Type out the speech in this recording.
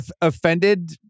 offended